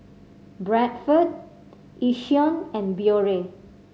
Bradford Yishion and Biore